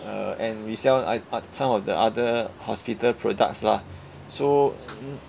uh and resell ot~ ot~ some of the other hospital products lah so